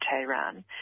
Tehran